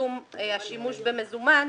לצמצום השימוש במזומן,